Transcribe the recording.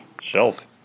shelf